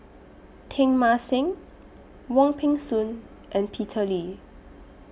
Teng Mah Seng Wong Peng Soon and Peter Lee